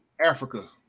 Africa